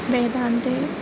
वेदान्ते